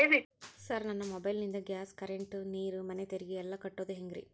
Sir ನನ್ನ mobile ನಿಂದ gas, current, ನೇರು, ಮನೆ ತೆರಿಗೆ ಎಲ್ಲಾ ಕಟ್ಟೋದು ಹೆಂಗ್ರಿ?